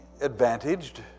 advantaged